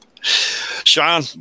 Sean